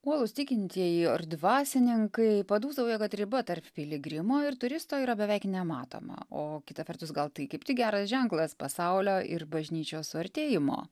uolūs tikintieji ar dvasininkai padūsauja kad riba tarp piligrimo ir turisto yra beveik nematoma o kita vertus gal tai kaip tik geras ženklas pasaulio ir bažnyčios suartėjimo